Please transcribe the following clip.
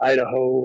Idaho